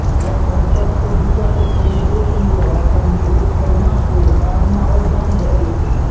जँ पैंसठि के दिअ तऽ थोड़ेक बेच लिअ अखन रेट बढ़िआँ छै बादमे आओर डाउन भऽ जेतै